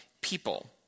people